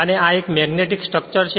અને આ એક મેગ્નેટીક સ્ટ્રક્ચર છે